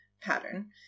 pattern